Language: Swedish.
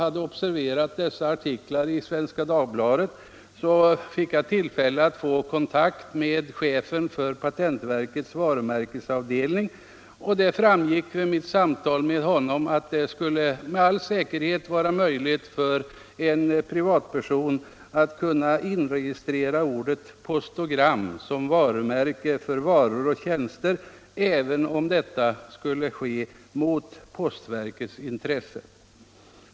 hade observerat artiklarna i Svenska Dagbladet fick jag tillfälle att ta kontakt med chefen för patentverkets varumärkesavdelning. Det framgick vid mitt samtal med honom att det med all säkerhet skulle vara möjligt för privatpersoner att inregistrera ordet postogram som varumärke för varor och tjänster, även om detta skulle ske mot postverkets intresse.